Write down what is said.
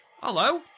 hello